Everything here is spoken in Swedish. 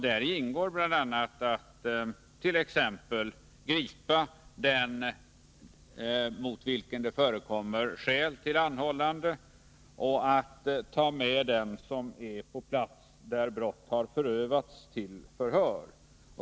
Däri ingår bl.a. att gripa den mot vilken det förekommer skäl till anhållande och att ta med den som är på plats där brott har förövats till förhör.